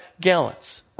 gallons